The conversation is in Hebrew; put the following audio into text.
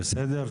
בסדר?